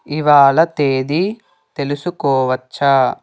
ఇవాళ తేదీ తెలుసుకోవచ్చా